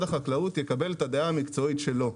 החקלאות יקבל את הדעה המקצועית שלו.